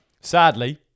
Sadly